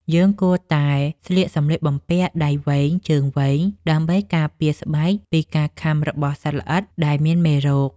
យើងគួរតែស្លៀកសម្លៀកបំពាក់ដៃវែងជើងវែងដើម្បីការពារស្បែកពីការខាំរបស់សត្វល្អិតដែលមានមេរោគ។